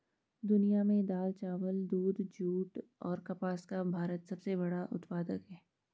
दुनिया में दाल, चावल, दूध, जूट और कपास का भारत सबसे बड़ा उत्पादक है